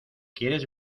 quieres